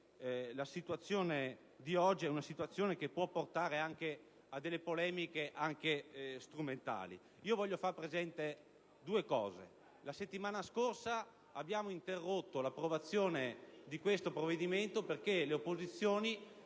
la situazione di oggi può portare anche a polemiche strumentali. Voglio far presente due aspetti. La settimana scorsa abbiamo interrotto l'approvazione di questo provvedimento perché le opposizioni